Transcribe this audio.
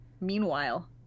Meanwhile